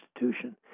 institution